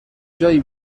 جایی